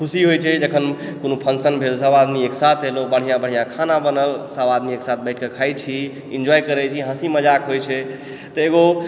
खुशी होइ छै जखन कोनो फङ्क्शन भेल जहन सब आदमी एक साथ एलहुँ लोग बढ़िआँ बढ़िआँ खाना बनल सब आदमी एक साथ बैठिकऽ खाइ छी इन्जॉय करै छी हँसी मजाक होइ छै तऽ एगो